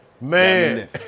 Man